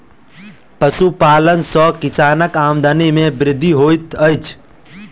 पशुपालन सॅ किसानक आमदनी मे वृद्धि होइत छै